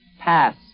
Pass